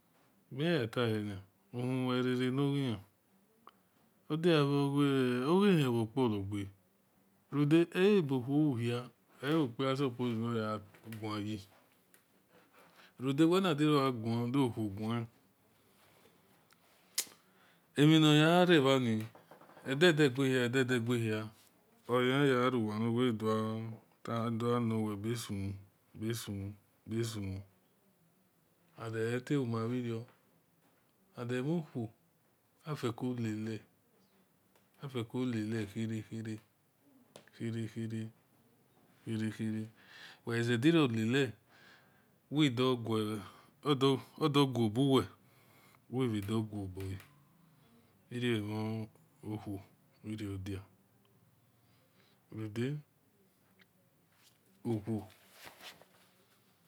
Bime yan ye tahenia erere nor ghi-an odia bho-oghe hen bho kpolor gbe runde elebo khuo lu hiei oyo̠o-kpiu so pose nor gha guan yi runde wel na hol nuwe gha gua yo de okuo guen emhi nor yanre bhani-ede-degbe hia edede gbe hia ebho yan ya gha rowa no wel dor gha ta be̠ sunu besunu be̠sunu and ete humem bhi rio runde emho khuo afeko lele khere khere khewe wel ghai zediorior lele odo guo buwe wel bhe doguo bole irio emhon khuo dia runde